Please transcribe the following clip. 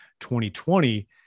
2020